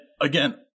again